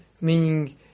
Meaning